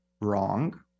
wrong